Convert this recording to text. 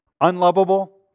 unlovable